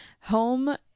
home